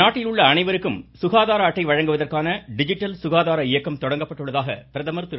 நாட்டில் உள்ள அனைவருக்கும் சுகாதார அட்டை வழங்குவதற்கான டிஜிட்டல் சுகாதார இயக்கம் தொடங்கப்பட்டுள்ளதாக பிரதமர் திரு